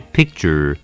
Picture